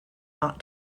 not